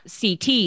CT